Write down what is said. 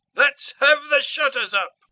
let's have the shutters up,